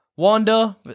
Wanda